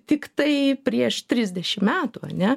tiktai prieš trisdešim metų ane